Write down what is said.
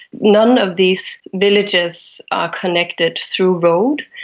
none of these villages are connected through road,